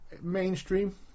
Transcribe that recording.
mainstream